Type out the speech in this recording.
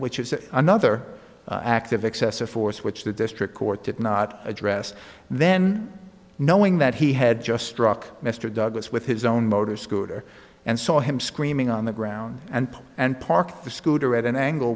which is another act of excessive force which the district court did not address and then knowing that he had just struck mr douglas with his own motor scooter and saw him screaming on the ground and pulled and parked the scooter at an angle